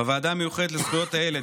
בוועדה המיוחדת לזכויות הילד,